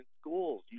schools